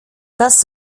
das